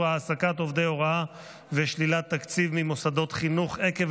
העסקת עובדי הוראה ושלילת תקציב ממוסדות חינוך עקב